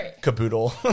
caboodle